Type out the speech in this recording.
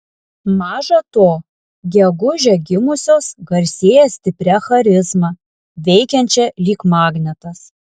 maža to gegužę gimusios garsėja stipria charizma veikiančia lyg magnetas